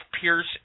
Pierce